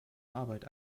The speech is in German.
arbeit